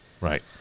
Right